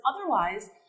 otherwise